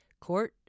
Court